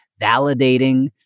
validating